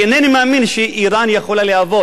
אינני מאמין שאירן יכולה להוות